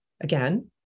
again